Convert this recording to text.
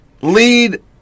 lead